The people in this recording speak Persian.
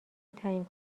تعیین